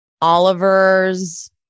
Oliver's